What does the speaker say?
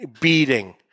beating